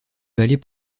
vallée